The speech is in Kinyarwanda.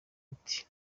ati